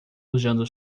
usando